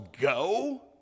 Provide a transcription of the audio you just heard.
go